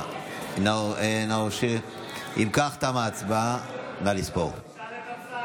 כך, תמה ההצבעה, נא לספור.